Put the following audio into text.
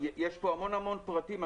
יש בו המון פרטים.